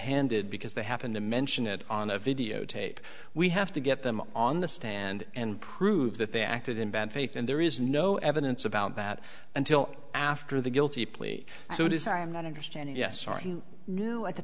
handed because they happen to mention it on a videotape we have to get them on the stand and prove that they acted in bad faith and there is no evidence about that until after the guilty plea so it is i am not understanding yes are you now at the